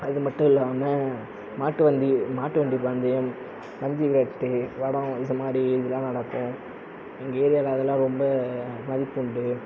அது மட்டும் இல்லாமல் மாட்டு வண்டி மாட்டு வண்டி பந்தயம் மஞ்சு விரட்டு இது மாதிரி விழா நடக்கும் எங்கள் ஏரியாவில் அதெல்லாம் ரொம்ப மதிப்புண்டு